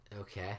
Okay